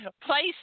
Place